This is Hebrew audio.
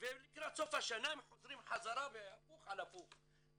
ולקראת סוף השנה הם חוזרים בחזרה והפוך על הפוך.